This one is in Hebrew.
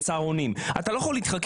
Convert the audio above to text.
הצבעה הרביזיה לא התקבלה.